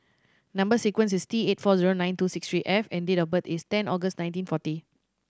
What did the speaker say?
number sequence is T eight four zero nine two six three F and date of birth is ten August nineteen forty